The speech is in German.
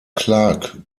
clarke